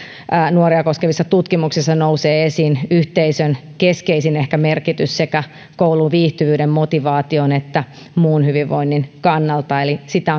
nuoria koskevissa tutkimuksissa nousee esiin yhteisön ehkä keskeisin merkitys sekä kouluviihtyvyyden ja motivaation että muun hyvinvoinnin kannalta eli sitä